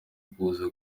kuza